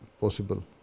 possible